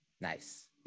Nice